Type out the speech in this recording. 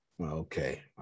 Okay